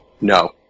No